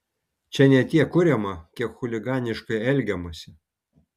čia ne tiek kuriama kiek chuliganiškai elgiamasi